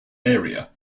area